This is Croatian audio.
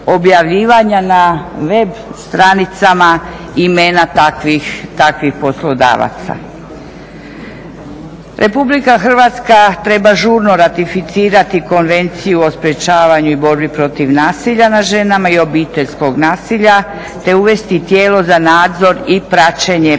na web stranicama imena takvih poslodavaca. Republika Hrvatska treba žurno ratificirati Konvenciju o sprečavanju i borbi protiv nasilja nad ženama i obiteljskog nasilja te uvesti tijelo za nadzor i praćenje primjene,